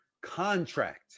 contract